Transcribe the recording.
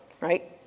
right